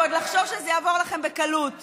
ועוד חושבים שזה יעבור לכם בקלות.